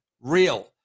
real